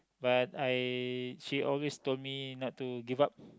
but I she always told me not to give up